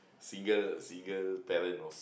single single parent of